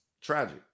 Tragic